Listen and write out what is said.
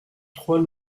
trois